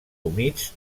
humits